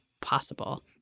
possible